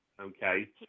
okay